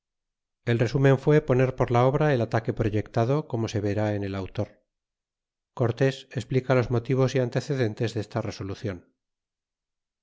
el t'estimen fui poner porla obra el ataque proyectado como se ver en el autor cortés esplica los motivos y antecedentes de esta resolucion